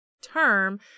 term